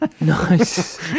Nice